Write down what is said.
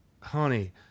honey